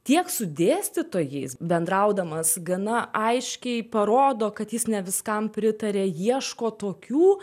tiek su dėstytojais bendraudamas gana aiškiai parodo kad jis ne viskam pritaria ieško tokių